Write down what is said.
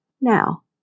now